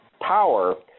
power